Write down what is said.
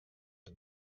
and